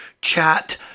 chat